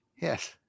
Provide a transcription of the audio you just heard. Yes